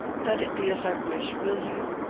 let it be as i wish, will you?